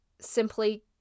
simply